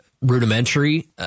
Rudimentary